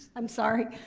i'm sorry.